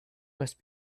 must